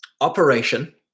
operation